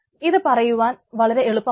ഇത് പറയുവാൻ വളരെ എളുപ്പമാണ്